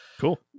cool